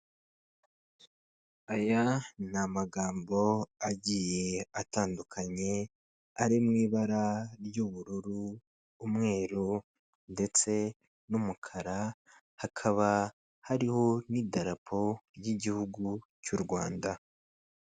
Aya ni amagambo agiye atandukanye ari mu ibara ry'ubururu, umweru ndetse n'umukara, hakaba hariho n'idarapo ry'igihugu cy'u Rwanda.